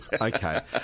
Okay